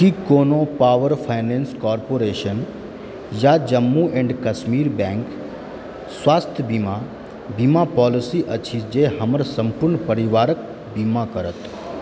की कोनो Power Finance Corporation या Jammu and Kashmir Bank स्वास्थ्य बीमा बीमा पॉलिसी अछि जे हमर सम्पूर्ण परिवारके बीमा करत